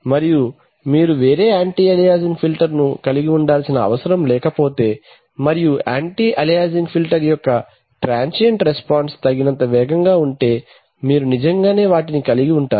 మరియు మీరు వేరే యాంటీ అలియాసింగ్ ఫిల్టర్ను కలిగి ఉండవలసిన అవసరం లేకపోతే మరియు యాంటీ అలియాసింగ్ ఫిల్టర్ యొక్క ట్రాన్సియంట్ రెస్పాన్స్ తగినంత వేగంగా ఉంటే మీరు నిజంగానే వాటిని కలిగి ఉంటారు